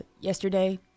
yesterday